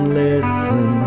listen